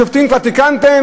את השופטים כבר תיקנתם?